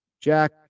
Jack